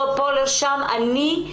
אנעל את הדיון.